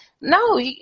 No